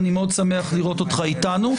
אני מאוד שמח לראות אותך איתנו.